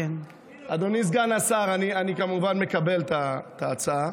אדוני סגן השר, אני, כמובן, מקבל את ההצעה,